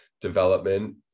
development